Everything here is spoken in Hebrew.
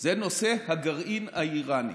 זה נושא הגרעין האיראני